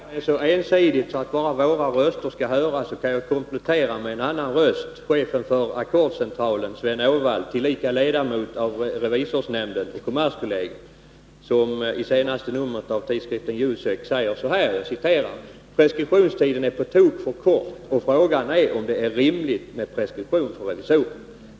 Fru talman! För att det inte skall bli så ensidigt att bara våra röster skall höras, vill jag komplettera med en annan röst. Chefen för Ackordscentralen, Sven Åvall, tillika ledamot av Revisorsnämnden och kommerskollegium, skriver i senaste numret av tidskriften JUSEK: ”Preskriptionstiden är på tok för kort och frågan är om det är rimligt med preskription för revisorer.